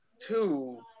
two